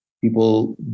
People